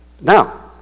Now